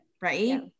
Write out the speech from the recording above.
right